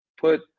put